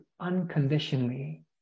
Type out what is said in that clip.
unconditionally